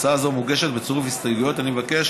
הצעת חוק זו מוגשת בצירוף הסתייגויות, אך אבקש